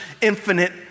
infinite